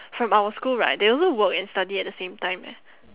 from our school right they also work and study at the same time eh